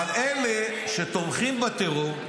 -- אבל אלה שתומכים בטרור,